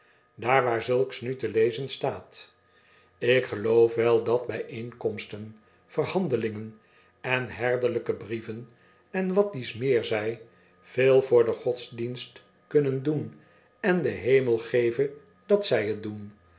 waar zulks nu te lezen staat ik geloof wel dat bijeenkom sten verhandelingen en herderlijke brieven en wat dies meer zij veel voor den godsdienst kunnen doen en de hemel geve dat zij t doen